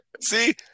see